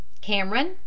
Cameron